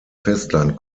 festland